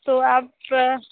तो आप